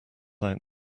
out